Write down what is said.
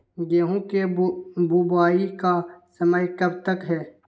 गेंहू की बुवाई का समय कब तक है?